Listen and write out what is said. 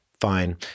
fine